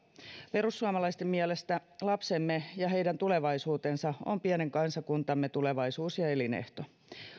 perussuomalaisten mielestä lapsemme ja heidän tulevaisuutensa on pienen kansakuntamme tulevaisuus ja elinehto